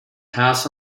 has